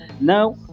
now